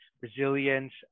resilience